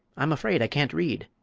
i'm afraid i can't read.